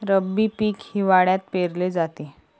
रब्बी पीक हिवाळ्यात पेरले जाते